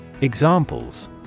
Examples